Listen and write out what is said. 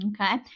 Okay